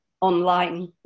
online